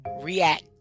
react